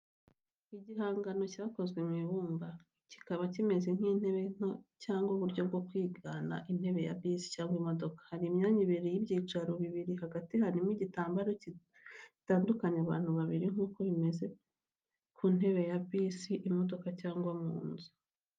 Igihangano cyakozwe mu ibumba kikaba kimeze nk’intebe nto cyangwa uburyo bwo kwigana intebe ya bisi cyangwa imodoka. Hari imyanya ibiri ibyicaro bibiri hagati harimo igitambaro gitandukanya abantu babiri nk’uko bimeze ku ntebe za bisi, imodoka cyangwa mu nzu.